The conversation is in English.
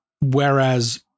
Whereas